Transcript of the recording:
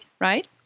right